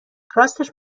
راستش